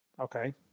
Okay